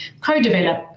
co-develop